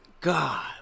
God